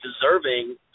deserving